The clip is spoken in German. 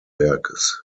werkes